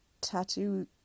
tattoo